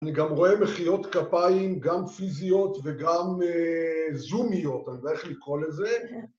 אני גם רואה מחיאות כפיים, גם פיזיות וגם זומיות, אני יודע איך לקרוא לזה?